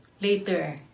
later